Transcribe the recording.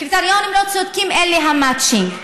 קריטריונים לא צודקים זה המצ'ינג,